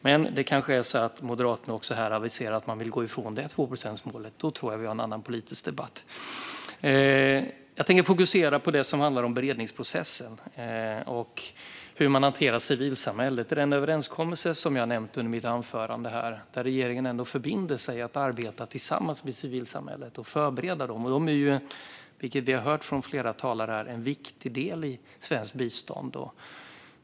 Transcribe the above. Men Moderaterna kanske här aviserar att de vill gå ifrån också detta tvåprocentsmål. Då tror jag att vi har en annan politisk debatt. Jag tänker fokusera på det som handlar om beredningsprocessen och hur man hanterar civilsamhället. I den överenskommelse som jag nämnde i mitt anförande förbinder sig regeringen att arbeta tillsammans med civilsamhället och förbereda det. Som vi har hört från flera talare här är civilsamhället en viktig del i svenskt bistånd.